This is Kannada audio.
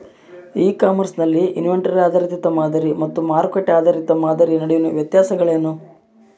ಇ ಕಾಮರ್ಸ್ ನಲ್ಲಿ ಇನ್ವೆಂಟರಿ ಆಧಾರಿತ ಮಾದರಿ ಮತ್ತು ಮಾರುಕಟ್ಟೆ ಆಧಾರಿತ ಮಾದರಿಯ ನಡುವಿನ ವ್ಯತ್ಯಾಸಗಳೇನು?